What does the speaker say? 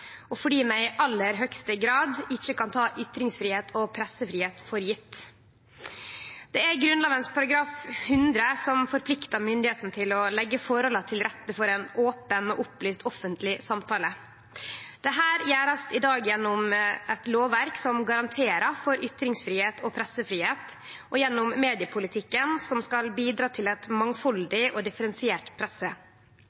og vi kan i aller høgste grad ikkje ta ytringsfridom og pressefridom for sjølvsagt. Det er Grunnlova § 100 som forpliktar myndigheitene til å leggje forholda til rette for ein open og opplyst offentleg samtale. Dette blir i dag gjort gjennom eit lovverk som garanterer for ytringsfridom og pressefridom, og gjennom mediepolitikken som skal bidra til ei mangfaldig og differensiert presse. Grunnlova sikrar at vi er eit